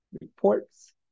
reports